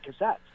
cassettes